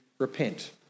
Repent